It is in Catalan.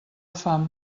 fam